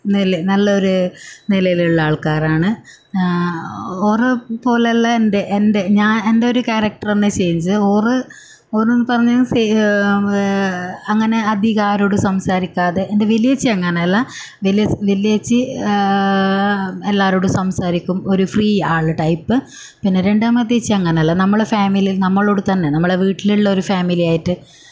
നില നല്ല ഒരു നിലയിലുള്ള ആൾക്കാരാണ് ആ ഓറെപ്പോലെ അല്ല എൻ്റെ എൻ്റെ ഞാൻ എൻ്റെ ഒരു ക്യാരക്റ്റർ എന്നാ ചേഞ്ച് ഓറ് ഓറ് എന്നു പറഞ്ഞാൽ സെ അങ്ങനെ അധികം ആരോടും സംസാരിക്കാതെ എൻ്റെ വലിയ ചേച്ചി അങ്ങനെ അല്ല വലിയ വലിയ ചേച്ചി എല്ലാവരോടും സംസാരിക്കും ഒരു ഫ്രീ ആൾ ടൈപ് പിന്നെ രണ്ടാമത്തെ ഏച്ചി അങ്ങനെ അല്ല നമ്മളെ ഫാമിലിയിൽ നമ്മളോട് തന്നെ നമ്മളെ വീട്ടിലുള്ള ഒരു ഫാമിലി ആയിട്ട്